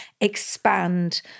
expand